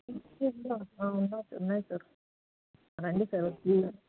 shoes కూడా ఉన్నాయి ఉన్నాయి సార్ రండి సార్ వచ్చి